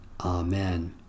Amen